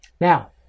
now